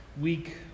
week